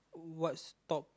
what's top